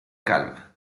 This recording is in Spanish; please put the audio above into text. calma